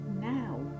now